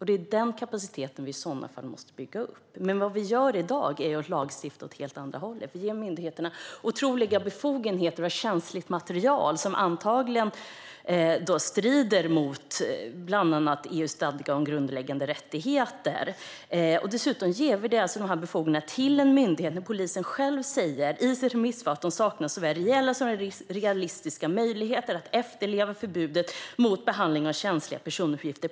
Det är den kapaciteten vi i sådana fall måste bygga upp, men vad vi gör i dag är att lagstifta åt helt andra hållet. Vi ger myndigheterna otroligt stora befogenheter över känsligt material, och det strider antagligen mot bland annat EU:s stadga om grundläggande rättigheter. Dessutom ger vi de här befogenheterna till en myndighet, polisen, som själv säger i sitt remissvar att de saknar såväl reella som realistiska möjligheter att efterleva förbudet mot behandling av känsliga personuppgifter.